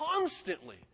Constantly